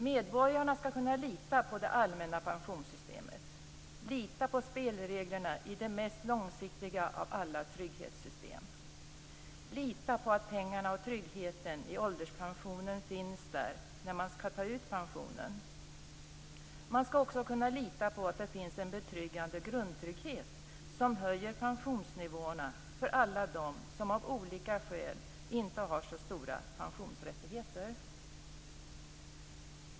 Medborgarna skall kunna lita på det allmänna pensionssystemet, lita på spelreglerna i det mest långsiktiga av alla trygghetssystem och lita på att pengarna och tryggheten i ålderspensionen finns där när man skall ta ut pensionen. Man skall också kunna lita på att det finns en betryggande grundtrygghet som höjer pensionsnivåerna för alla dem som av olika skäl inte har så stora pensionsrättigheter.